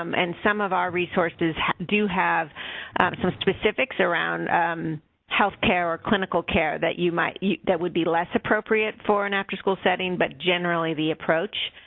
um and some of our resources do have some specifics around health care or clinical care that you might that would be less appropriate for an after-school setting, but generally the approach